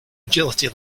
agility